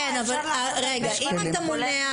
אם אתה רוצה למנוע אז אפשר לעשות הרבה דברים.